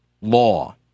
law